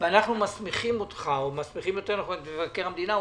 ואנחנו מסמיכים אותך או יותר נכון את מבקר המדינה,